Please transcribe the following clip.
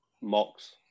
mocks